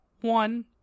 One